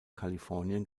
kalifornien